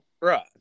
Right